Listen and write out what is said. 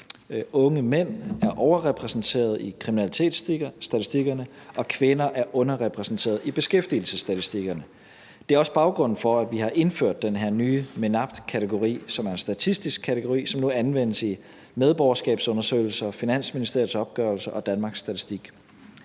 Unge mænd er overrepræsenteret i kriminalitetsstatistikkerne, og kvinder er underrepræsenteret i beskæftigelsesstatistikkerne. Det er også baggrunden for, at vi har indført den her nye MENAPT-kategori, som er en statistisk kategori, og som nu anvendes i medborgerskabsundersøgelser og Finansministeriets opgørelse og Danmarks Statistik.